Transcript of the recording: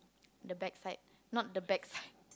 the bad side not the back side